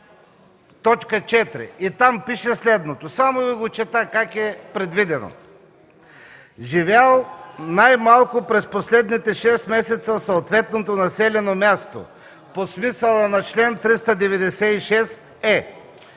1, т. 4. Там пише следното, само Ви го чета как е предвидено: „4. „Живял най-малко през последните 6 месеца в съответното населено място” по смисъла на чл. 396 е: